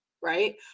right